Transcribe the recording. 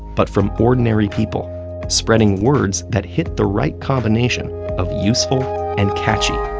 but from ordinary people spreading words that hit the right combination of useful and catchy.